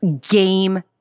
game